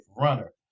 runner